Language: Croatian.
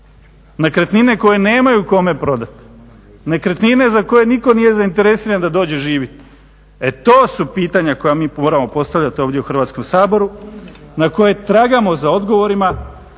nekretnine koje nemaju kome prodati, nekretnine za koje nitko nije zainteresiran da dođe živit. E to su pitanja koja mi moramo postavljat ovdje u Hrvatskom saboru, na koje tragamo za odgovorima,